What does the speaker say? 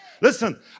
Listen